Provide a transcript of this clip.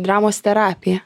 dramos terapiją